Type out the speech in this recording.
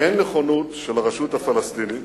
אין נכונות של הרשות הפלסטינית